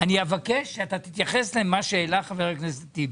אני אבקש שאתה תתייחס למה שהעלה חבר הכנסת טיבי,